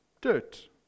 dirt